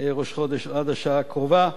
ראש חודש, עד השעה הקרובה,